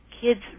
Kids